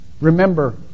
remember